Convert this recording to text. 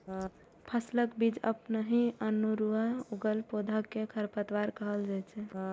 फसलक बीच अपनहि अनेरुआ उगल पौधा कें खरपतवार कहल जाइ छै